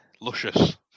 luscious